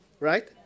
right